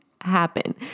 happen